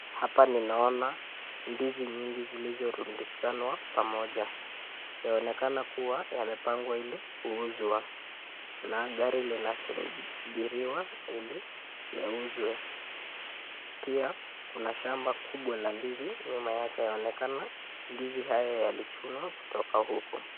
Hapa ninaona ndizi nyingi zilizorundikanwa pamoja, yaonekana kuwa yamepangwa ili kuuzwa, na gari linasubiriwa ili yauzwe. Pia kuna shamba kubwa la ndizi nyuma yake yaonekana ndizi hayo yalichunwa kutoka huko.